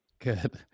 Good